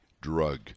drug